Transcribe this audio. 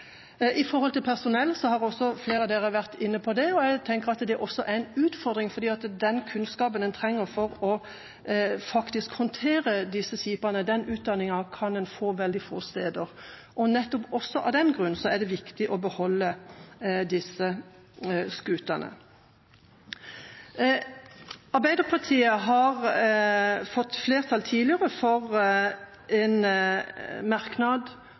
personell, så har flere vært inne på det. Jeg tenker at det også er en utfordring, fordi den kunnskapen og utdanninga en trenger for faktisk å håndtere disse skipene, kan en få veldig få steder, og nettopp også av den grunn er det viktig å beholde disse skutene. Arbeiderpartiet har fått flertall tidligere for en merknad